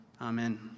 amen